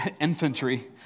infantry